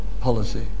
policy